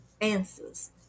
answers